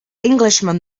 englishman